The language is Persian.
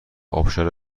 ابشار